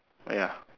ya